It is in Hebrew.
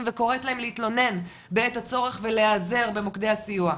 וקוראת להם להתלונן בעת הצורך ולהיעזר במוקדי הסיוע.